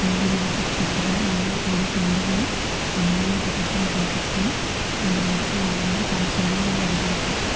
మళ్ళీ రివర్స్ వచ్చేటప్పుడు కూడా మళ్ళీ టూ డేస్ ముందుగానే ఆన్లైన్లో టికెట్స్ అన్ని బుక్ చేసుకుని మనం ఇంటికి రావడానికి చాలా సులభమైన పద్ధతులు వచ్చేశాయి